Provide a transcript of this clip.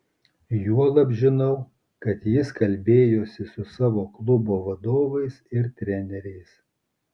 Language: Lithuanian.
juolab žinau kad jis kalbėjosi su savo klubo vadovais ir treneriais